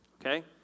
Okay